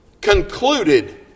concluded